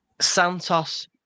Santos